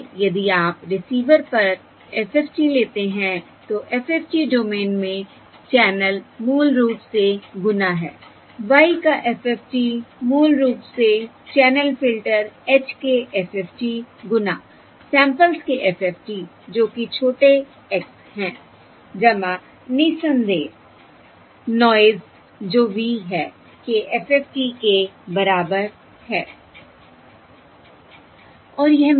इसलिए यदि आप रिसीवर पर FFT लेते हैं तो FFT डोमेन में चैनल मूल रूप से गुणा है y का FFT मूल रूप से चैनल फिल्टर h के FFT गुणा सैंपल्स के FFT जो कि छोटे x हैं निसंदेह नॉयस जो V है के FFT के बराबर है